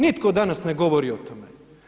Nitko danas ne govori o tome.